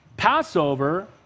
Passover